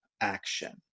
action